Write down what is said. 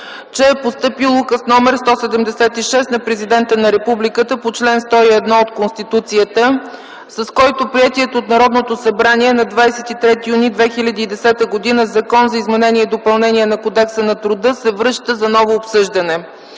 че е постъпил Указ № 176 на Президента на републиката по чл. 101 от Конституцията, с който приетият от Народното събрание на 23 юни 2010 г. Закон за изменение и допълнение на Кодекса на труда се връща за ново обсъждане.